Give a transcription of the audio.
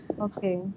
Okay